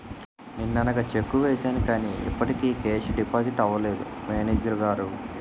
నిన్ననగా చెక్కు వేసాను కానీ ఇప్పటికి కేషు డిపాజిట్ అవలేదు మేనేజరు గారు